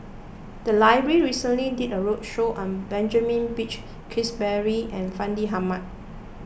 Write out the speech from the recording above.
the library recently did a roadshow on Benjamin Peach Keasberry and Fandi Ahmad